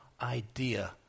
idea